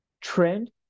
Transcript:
trend